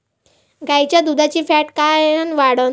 गाईच्या दुधाची फॅट कायन वाढन?